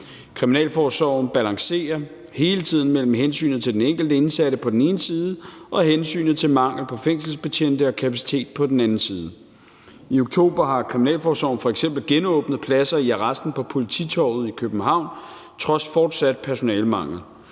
Kriminalforsorgen balancerer hele tiden mellem hensynet til den enkelte indsatte på den ene side og hensynet til mangel på fængselsbetjente og kapacitet på den anden side. I oktober har kriminalforsorgen f.eks. genåbnet pladser i arresten på Polititorvet i København trods fortsat personalemangel,